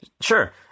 Sure